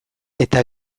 eta